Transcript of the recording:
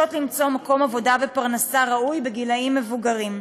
למצוא מקום עבודה ופרנסה ראוי בגילים מבוגרים.